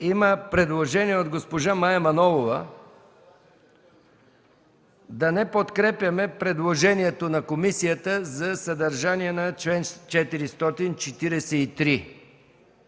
Има предложение на госпожа Мая Манолова да не подкрепим предложението на комисията за съдържание на чл. 443.